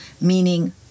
meaning